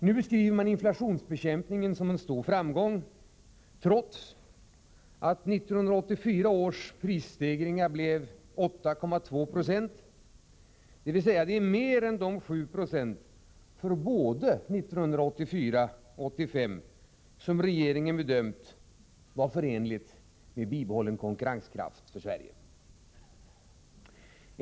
Nu beskrivs inflationsbekämpningen som en stor framgång, trots att 1984 års prisstegringar blev 8,2 26, dvs. mer än de 7 Io för både 1984 och 1985 som regeringen bedömt vara förenligt med bibehållen konkurrenskraft för Sverige.